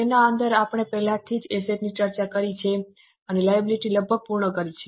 તેની અંદર આપણે પહેલાથી જ એસેટ ની ચર્ચા કરી છે અને લાયબિલિટી લગભગ પૂર્ણ કરી છે